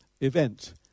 event